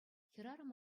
хӗрарӑм